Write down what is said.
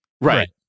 Right